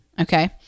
okay